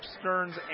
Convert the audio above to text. Stearns